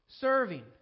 serving